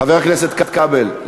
חבר הכנסת כבל,